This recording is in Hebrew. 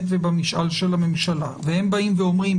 ובמשאל של הממשלה והם באים ואומרים,